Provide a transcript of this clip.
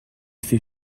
fait